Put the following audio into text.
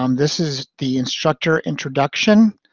um this is the instructor introduction,